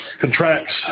contracts